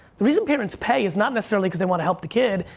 the reason parents pay is not necessarily because they wanna help the kid,